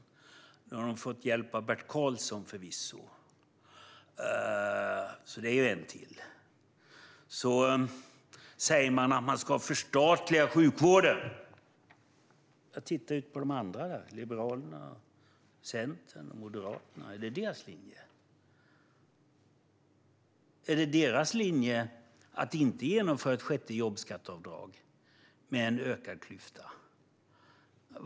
Nu har man förvisso fått hjälp av Bert Karlsson, så det är ju ytterligare en kristdemokrat. Man säger att man ska förstatliga sjukvården. Är det Liberalernas, Centerns och Moderaternas linje? Är det deras linje att inte genomföra ett sjätte jobbskatteavdrag med en ökad klyfta?